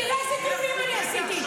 תראה איזה דיונים אני עשיתי.